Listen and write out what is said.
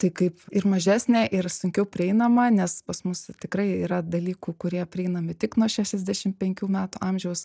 tai kaip ir mažesnė ir sunkiau prieinama nes pas mus tikrai yra dalykų kurie prieinami tik nuo šešiasdešim penkių metų amžiaus